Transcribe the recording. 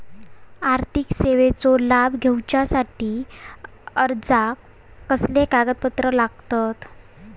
आर्थिक सेवेचो लाभ घेवच्यासाठी अर्जाक कसले कागदपत्र लागतत?